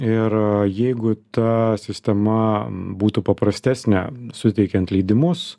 ir jeigu ta sistema būtų paprastesnė suteikiant leidimus